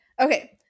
Okay